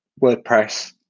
WordPress